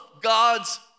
God's